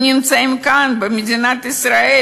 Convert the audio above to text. הם נמצאים כאן במדינת ישראל,